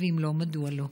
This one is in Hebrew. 2. אם לא מדוע לא?